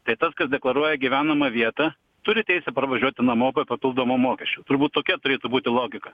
tai tas kas deklaruoja gyvenamą vietą turi teisę parvažiuoti namo be papildomo mokesčio turbūt tokia turėtų būti logika